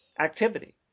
activity